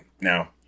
Now